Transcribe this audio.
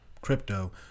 crypto